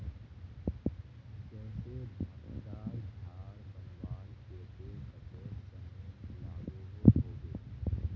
जैसे धानेर झार बनवार केते कतेक समय लागोहो होबे?